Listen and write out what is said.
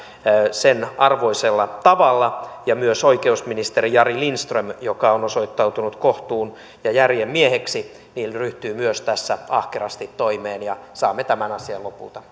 sen arvoisella tavalla ja myös oikeusministeri jari lindström joka on osoittautunut kohtuun ja järjen mieheksi myös ryhtyy tässä ahkerasti toimeen ja saamme tämän asian lopulta